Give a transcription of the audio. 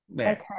okay